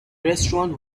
restaurant